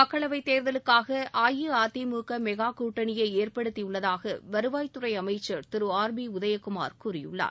மக்களவை தேர்தலுக்காக அஇஅதிமுக மெகா கூட்டணியை ஏற்படுத்தி உள்ளதாக வருவாய்த்துறை அமைச்சர் திரு ஆர் பி உதயகுமார் கூறியுள்ளார்